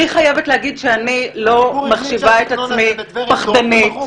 אני חייבת לומר שאני לא מחשיבה את עצמי פחדנית